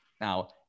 Now